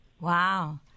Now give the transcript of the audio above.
Wow